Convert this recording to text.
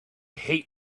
hate